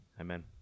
amen